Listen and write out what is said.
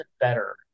better